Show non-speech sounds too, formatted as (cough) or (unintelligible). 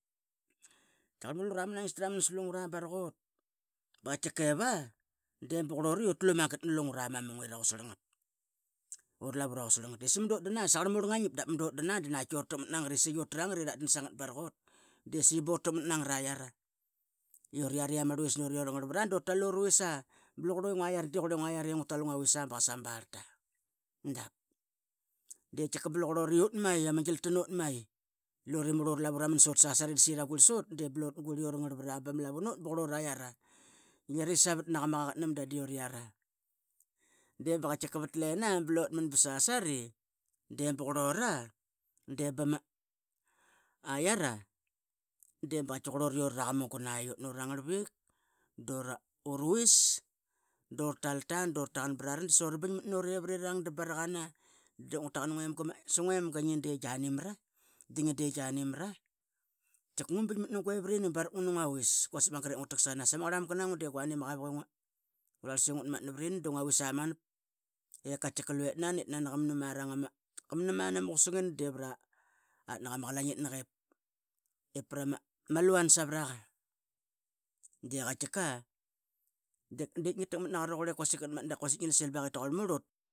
Tkiaqarl murl lura ma naingista raman slungra barak ut. Ba qatkiqeva di utlu magat na lungra ma mung ira qutsarl ngat ura lavu ra qutsal ngat. Sa madu utdan a i saqarl murl ngangiap dap madu utdan a da na qatki urataqmat nangat utrangat irat dan sangat barakut di saiyi bura taqmat nagat aiara. Uroara ama rluis nut i ura ngarlvat dura tal qa ma barllta dap. De tkiqa blu qurlura i utmai ia ma gilta nut mai iura i murl ura lavu raman sut sasari da saiyi ra guirl sut. De blu utguirl i utngarl vat ba ma lavu nut di blu qurluraiara ngia risavat na qa ma qaqat mamda di uriara. Qatkiqa pat lena blutman sasari de ba qurlura de ba ma aiara de ba qatki qurlura i uraraqamugun utnau ra ngarlvik duruis dura tal ta du rataqan prara. Dasu ra bangmat nu revrirang da barakana dep ngua taqan nguema ma (unintelligible) nguemaga gianimara digianimara. Tkiqa ngu bingmat nu guevrini barak ut ngunu nguavis quasik magat ip ngua taqsanas. Ama ngarlmanga na ngua di guani ama qavuk i ngurlas i ngutmatna prini da nguavis ep qatkiqa luetnan itnani qamnam arang ana qusangirang i pratnaq ama qlainginag pra ma luan savara qa. Di qatkiqa da dip ngia taqmat na qa rauqurla i quasik qatmatna da quasik ngialssil baqa i tauqurl murl ut.